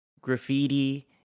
graffiti